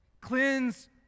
cleanse